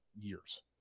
years